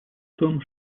том